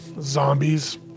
zombies